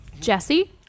Jesse